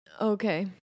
Okay